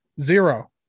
zero